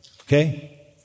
Okay